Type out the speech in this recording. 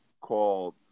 called